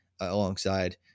alongside